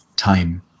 time